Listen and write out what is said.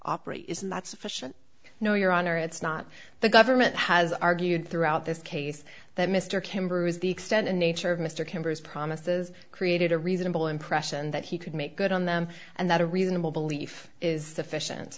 operate is not sufficient no your honor it's not the government has argued throughout this case that mr camber is the extent in nature of mr kember's promises created a reasonable impression that he could make good on them and that a reasonable belief is sufficient